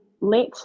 let